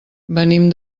venim